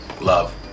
love